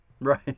Right